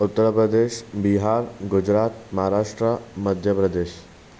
Uttar Pradesh Bihar Gujarat Maharashtra Madhya Pradesh